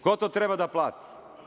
Ko to treba da plati?